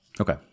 okay